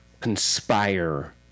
Conspire